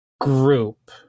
group